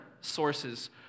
sources